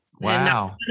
Wow